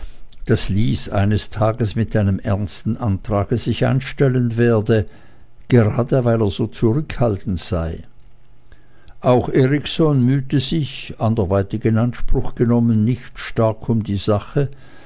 daß lys eines tages mit einem ernsten antrage sich einstellen werde gerade weil er so zurückhaltend sei auch erikson mühte sich anderweitig in anspruch genommen nicht stark um die sache